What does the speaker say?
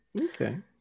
okay